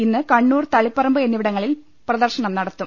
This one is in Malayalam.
ഇന്ന് കണ്ണൂർ തളിപറമ്പ് എന്നിവിടങ്ങളിൽ പ്രദർശനം നടത്തും